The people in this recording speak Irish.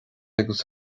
agus